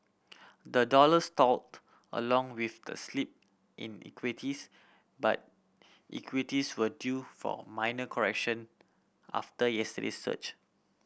the dollar stalled along with the slip in equities but equities were due for minor correction after yesterday's surge